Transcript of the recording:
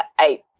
eight